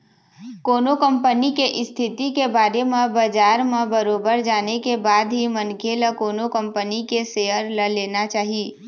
कोनो कंपनी के इस्थिति के बारे म बजार म बरोबर जाने के बाद ही मनखे ल कोनो कंपनी के सेयर ल लेना चाही